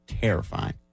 terrifying